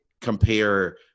compare